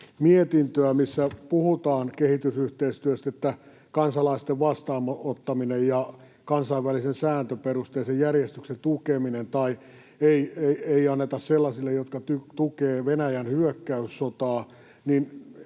mietintöä, missä puhutaan kehitysyhteistyöstä, kansalaisten vastaanottamisesta ja kansainvälisestä sääntöperusteisesta järjestyksen tukemisesta, sitä ei anneta sellaisille, jotka tukevat Venäjän hyökkäyssotaa.